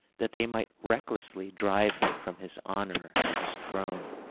that they might recklessly drive him from his honour and his throne